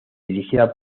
dirigida